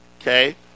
Okay